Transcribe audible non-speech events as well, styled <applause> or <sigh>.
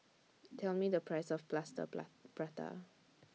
Tell Me The Price of Plaster <unintelligible> Prata